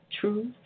True